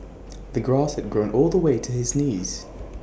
the grass had grown all the way to his knees